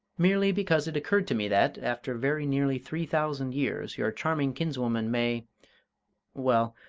merely because it occurred to me that, after very nearly three thousand years, your charming kinswoman may well,